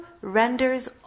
renders